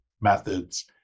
methods